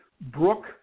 Brooke